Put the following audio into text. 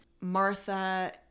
Martha